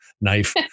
Knife